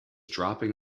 dropping